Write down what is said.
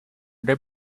there